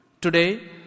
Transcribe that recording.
Today